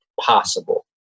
possible